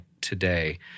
today—